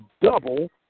double